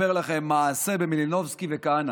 מעשה במלינובסקי וכהנא.